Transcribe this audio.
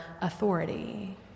authority